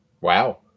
Wow